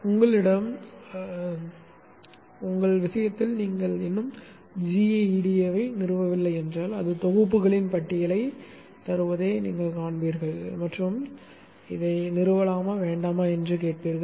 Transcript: உங்கள் விஷயத்தில் நீங்கள் இன்னும் gEDA ஐ நிறுவவில்லை என்றால் அது தொகுப்புகளின் பட்டியலைத் தருவதைக் காண்பீர்கள் மற்றும் நிறுவலாமா வேண்டாமா என்று கேட்கும்